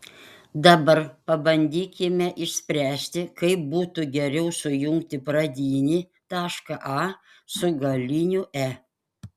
dabar pabandykime išspręsti kaip būtų geriau sujungti pradinį tašką a su galiniu e